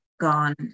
gone